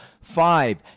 Five